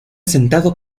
sentado